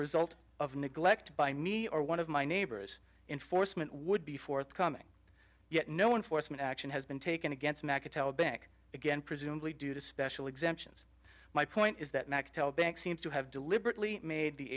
result of neglect by me or one of my neighbors enforcement would be forthcoming yet no one for some action has been taken against macca tell bank again presumably due to special exemptions my point is that mactel bank seems to have deliberately made the